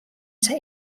see